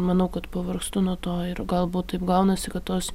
manau kad pavargstu nuo to ir galbūt taip gaunasi kad tos